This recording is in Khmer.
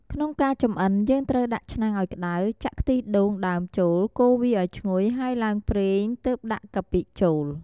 ក្នុងការចម្អិនយើងត្រូវដាក់ឆ្នាំងឲ្យក្តៅ ចាក់ខ្ទិះដូងដើមចូលកូរវាអោយឈ្ងុយហើយឡើងប្រេង ទើបដាក់កាពិចូល។